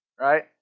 right